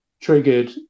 triggered